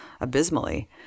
abysmally